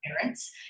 parents